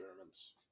Germans